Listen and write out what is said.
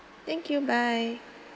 thank you bye